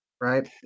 right